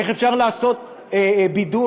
איך אפשר לעשות בידול,